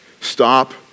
Stop